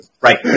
Right